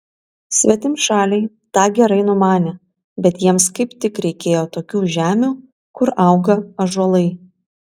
svetimšaliai tą gerai numanė bet jiems kaip tik reikėjo tokių žemių kur auga ąžuolai